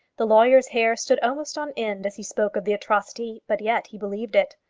the lawyer's hair stood almost on end as he spoke of the atrocity but yet he believed it.